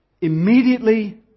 immediately